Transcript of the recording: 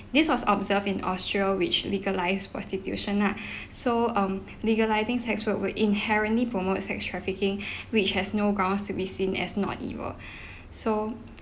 this was observed in austria which legalise prostitution lah so um legalising sex work would inherently promote sex trafficking which has no grounds to be seen as not evil so